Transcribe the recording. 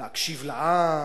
להקשיב לעם,